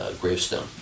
gravestone